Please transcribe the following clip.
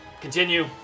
continue